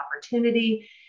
opportunity